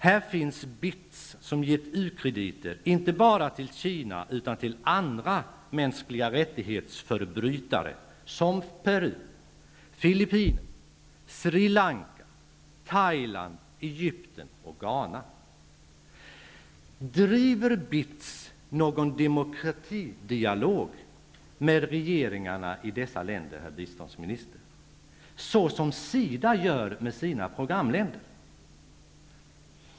Här finns BITS som gett u-krediter, inte bara till Kina utan också till andra mänskliga rättigheter-förbrytare såsom Peru, Filippinerna, Sri Lanka, Thailand, Egypten och Ghana. Driver BITS någon demokratidialog med regeringarna i dessa länder, herr biståndsminister, så som SIDA gör med sina programländers regeringar?